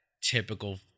typical